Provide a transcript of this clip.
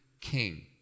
king